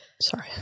sorry